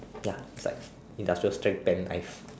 ya is like industrial strength pen knife